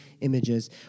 images